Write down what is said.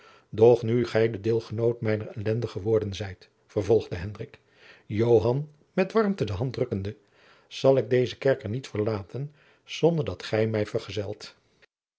doch nu gij de deelgenoot mijner elende geworden zijt vervolgde hendrik joan met warmte de hand drukkende zal ik dezen kerker niet verlaten zonder dat gij mij vergezelt